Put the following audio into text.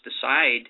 decide